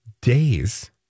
days